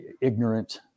ignorant